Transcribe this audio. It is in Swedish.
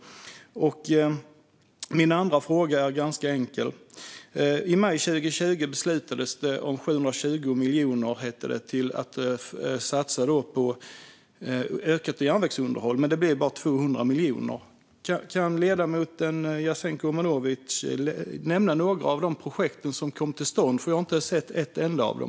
Min andra fråga är ganska enkel. I maj 2020 beslutades det om att satsa 720 miljoner, hette det då, på ökat järnvägsunderhåll. Men det blev bara 200 miljoner. Kan ledamoten Jasenko Omanovic nämna några av de projekt som kom till stånd? Jag har inte sett ett enda av dem.